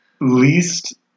least